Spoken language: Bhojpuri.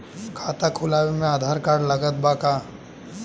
खाता खुलावे म आधार कार्ड लागत बा का?